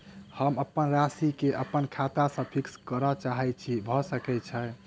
हम अप्पन राशि केँ अप्पन खाता सँ फिक्स करऽ चाहै छी भऽ सकै छै?